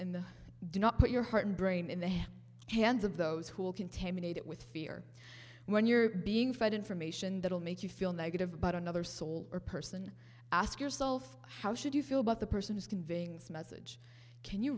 do not put your heart and brain in the hands of those who will contaminate it with fear when you're being fed information that will make you feel negative about another soul or person ask yourself how should you feel about the person is conveying the message can you